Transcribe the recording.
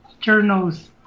journals